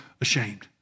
ashamed